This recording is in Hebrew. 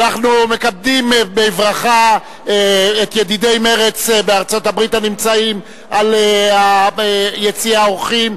אנחנו מקדמים בברכה את ידידי מרצ בארצות-הברית הנמצאים ביציע האורחים,